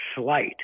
slight